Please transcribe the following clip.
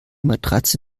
matratze